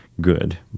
good